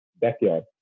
backyard